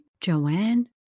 Joanne